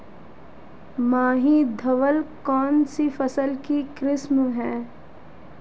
माही धवल कौनसी फसल की किस्म है?